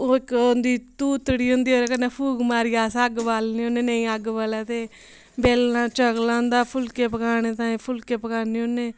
ओह् इक होंदी धूतड़ी होंदी ओह्दे कन्नै फूक मारियै अस अग्ग बालने होने नेई अग्ग बलै ते बेलना चकला होंदा फुलका पकाने ताईं फुलके पकाने होन्ने